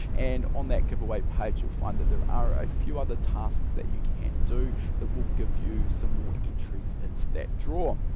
and on that giveaway page you'll find that there are a few other tasks that you can do that will give you some more entries into that draw.